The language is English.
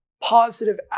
positive